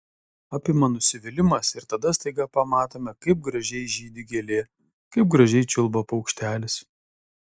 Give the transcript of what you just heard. apima nusivylimas ir tada staiga pamatome kaip gražiai žydi gėlė kaip gražiai čiulba paukštelis